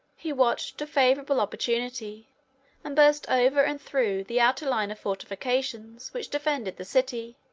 he watched a favorable opportunity and burst over and through the outer line of fortifications which defended the city.